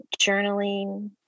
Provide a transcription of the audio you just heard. journaling